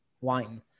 wine